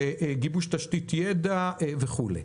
גיבוש תשתית ידע וכולי.